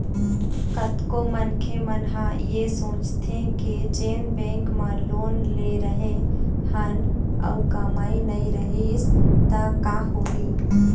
कतको मनखे मन ह ऐ सोचथे के जेन बेंक म लोन ले रेहे हन अउ कमई नइ रिहिस त का होही